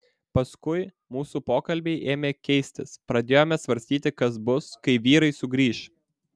paskui mūsų pokalbiai ėmė keistis pradėjome svarstyti kas bus kai vyrai sugrįš